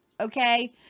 Okay